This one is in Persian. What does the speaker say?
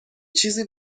چیزی